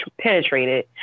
penetrated